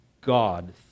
God